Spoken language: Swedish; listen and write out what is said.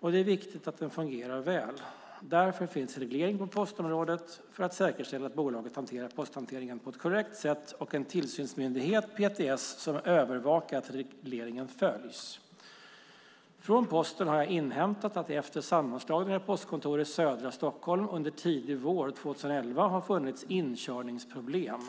och det är viktigt att den fungerar väl. Därför finns reglering på postområdet för att säkerställa att bolaget hanterar posthanteringen på ett korrekt sätt och en tillsynsmyndighet, PTS, som övervakar att regleringen följs. Från Posten har jag inhämtat att det efter sammanslagningen av postkontor i södra Stockholm under tidig vår 2011 har funnits inkörningsproblem.